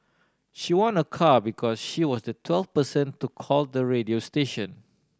she won a car because she was the twelfth person to call the radio station